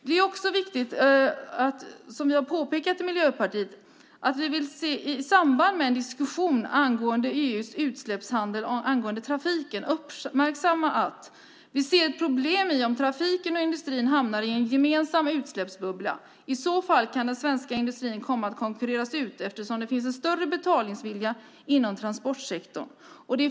Det är också viktigt, som vi har påpekat i Miljöpartiet, att vi i samband med en diskussion angående EU:s utsläppshandel och angående trafiken ser ett problem i att trafiken och industrin hamnar i en gemensam utsläppsbubbla. I så fall kan den svenska industrin komma att konkurreras ut, eftersom det finns en större betalningsvilja inom transportsektorn.